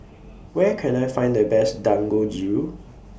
Where Can I Find The Best Dangojiru